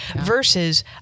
versus